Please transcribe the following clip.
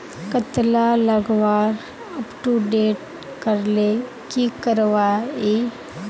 कतला लगवार अपटूडेट करले की करवा ई?